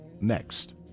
next